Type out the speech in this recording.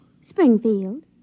Springfield